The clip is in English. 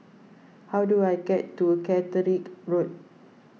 how do I get to Catterick Road